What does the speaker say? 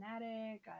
fanatic